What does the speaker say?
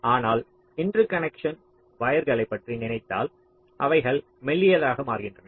ஆனால் இன்டர்கனெக்டிங் வயர்களை பற்றி நினைத்தால் அவைகள் மெல்லியதாக மாறுகின்றன